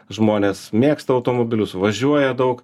žmonės mėgsta automobilius važiuoja daug